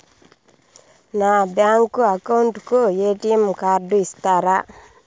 నా bank account కు ATM card ఇస్తారా